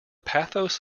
pathos